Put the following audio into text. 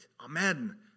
Amen